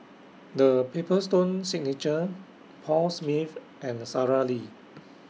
The Paper Stone Signature Paul Smith and Sara Lee